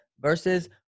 versus